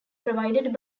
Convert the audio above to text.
provided